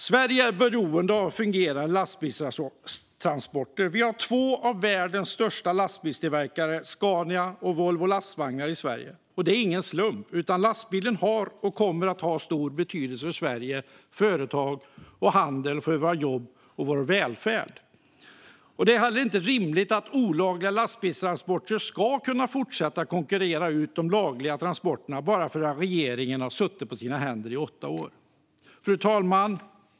Sverige är beroende av fungerande lastbilstransporter. I Sverige har vi två av världens största lastbilstillverkare, Scania och Volvo Lastvagnar, och det är ingen slump. Lastbilen har och kommer att ha stor betydelse för Sverige, för företag och för handeln. Den har betydelse för våra jobb och vår välfärd. Det är inte rimligt att olagliga lastbilstransporter ska kunna fortsätta att konkurrera ut de lagliga transporterna bara för att regeringen har suttit på sina händer i åtta år. Fru talman!